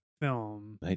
film